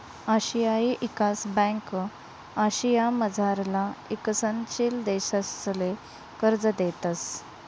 आशियाई ईकास ब्यांक आशियामझारला ईकसनशील देशसले कर्ज देतंस